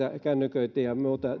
kännyköitä ja